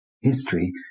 history